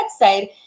website